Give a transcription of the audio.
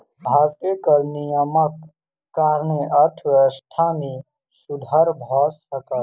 भारतीय कर नियमक कारणेँ अर्थव्यवस्था मे सुधर भ सकल